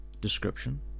description